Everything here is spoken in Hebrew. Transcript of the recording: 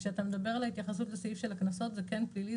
כשאתה מדבר על ההתייחסות לסעיף של הקנסות זה כן פלילי,